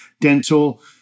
dental